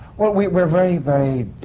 well we. we're very, very.